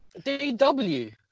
DW